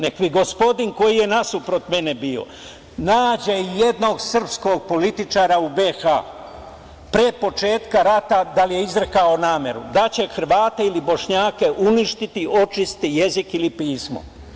Neka mi gospodin koji je nasuprot mene bio nađe jednog srpskog političara u BiH pre početka rata da je izrekao nameru da će Hrvate ili Bošnjake uništiti, očistiti jezik ili pismo.